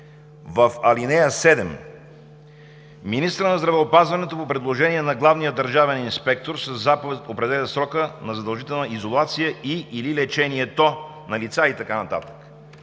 в ал. 7: „Министърът на здравеопазването по предложение на главния държавен инспектор със заповед определя срока на задължителна изолация и/или лечението на лица…“ и така